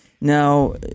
Now